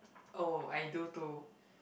oh I do too